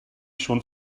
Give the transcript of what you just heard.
schon